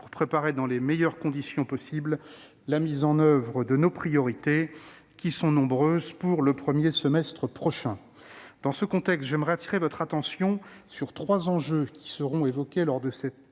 de préparer dans les meilleures conditions possible la mise en oeuvre de nos priorités, qui sont nombreuses, au cours du premier semestre de l'année prochaine. Dans ce contexte, j'aimerais attirer votre attention sur trois enjeux qui seront évoqués lors de cette réunion